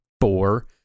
four